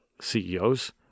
CEOs